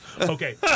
Okay